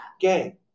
Gang